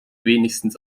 wenigstens